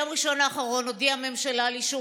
ביום ראשון האחרון הודיעה הממשלה על אישור